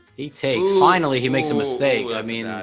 he takes finally he makes a mistake i mean ah